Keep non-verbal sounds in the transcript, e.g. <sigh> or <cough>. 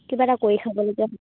কিবা এটা কৰি <unintelligible>